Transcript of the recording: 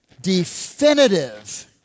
definitive